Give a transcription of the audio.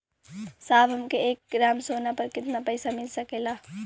साहब हमके एक ग्रामसोना पर कितना पइसा मिल सकेला?